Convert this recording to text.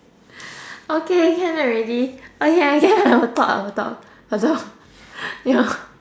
okay can already okay I can I will talk I will talk I'll talk your